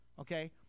okay